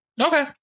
Okay